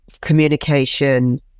communication